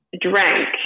drank